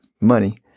money